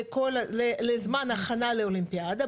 לזמן הכנה לאולימפיאדה,